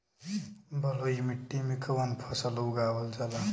बलुई मिट्टी में कवन फसल उगावल जाला?